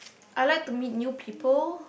I like to meet new people